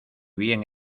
bien